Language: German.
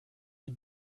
die